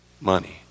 money